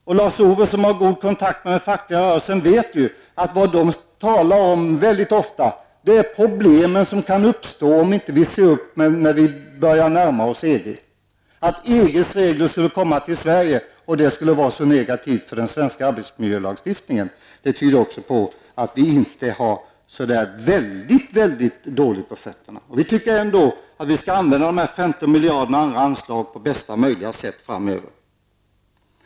Lars Ove Hagberg, som har goda kontakter med den fackliga rörelsen, vet att man ofta talar om de problem som kan uppstå om vi inte ser upp när vi börjar närma oss EG. Att EGs regler skulle komma till Sverige och att detta skulle vara negativt för den svenska arbetsmiljöslagstiftningen, det tyder också på att vi inte har så väldigt dåligt på fötterna. Vi tycker att vi skall använda dessa 15 miljarder och andra anslag på bästa möjliga sätt framöver. Herr talman!